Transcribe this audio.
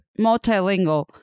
Multilingual